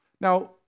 Now